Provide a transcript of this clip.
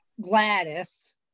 Gladys